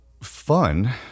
fun